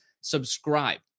subscribe